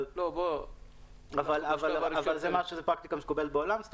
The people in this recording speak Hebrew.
אבל זו פרקטיקה שמקובלת בעולם.